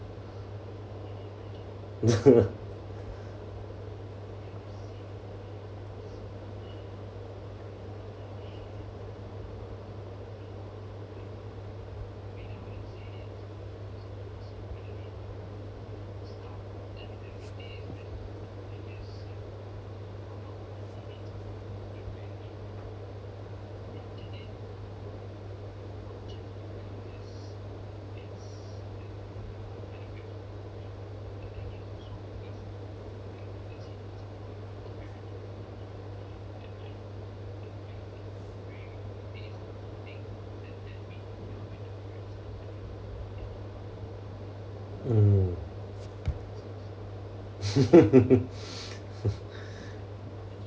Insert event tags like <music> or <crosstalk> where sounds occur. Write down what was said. <laughs> mm <laughs>